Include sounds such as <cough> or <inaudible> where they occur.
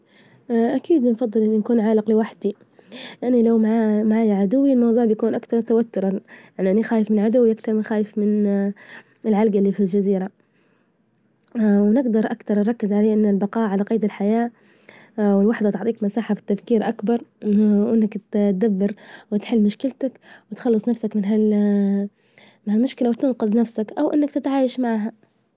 <hesitation> أكيد نفظل إني نكون عالج لوحدي، أنا لومعا- معايا عدوي الموظوع بيكون أكثر توترا، على إني خايف من عدوي أكتر من خايف من <hesitation> العلجة إللي في الجزيرة، <hesitation> ونجدر أكتر أركز عليه إن البجاء على جيد الحياة <hesitation> والوحدة تعطيك مساحة في التفكير أكبر، وإنك تدبر وتحل مشكلتك، وتخلص نفسك من- من هال <hesitation> هالمشكلة وتنجذ نفسك أو إنك تتعايش معها.